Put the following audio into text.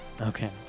Okay